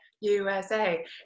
USA